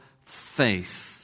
faith